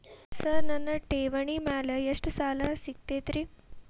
Sir ನನ್ನ ಠೇವಣಿ ಮೇಲೆ ಎಷ್ಟು ಸಾಲ ಸಿಗುತ್ತೆ ರೇ?